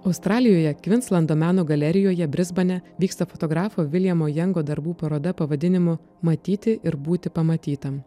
australijoje kvinslando meno galerijoje brisbane vyksta fotografo viljamo jango darbų paroda pavadinimu matyti ir būti pamatytam